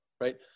right